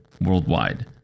worldwide